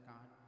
God